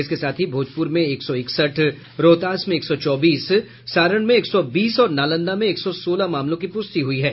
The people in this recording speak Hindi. इसके साथ ही भोजपुर में एक सौ इकसठ रोहतास में एक सौ चौबीस सारण में एक सौ बीस और नालंदा में एक सौ सोलह मामलों की पुष्टि हुई है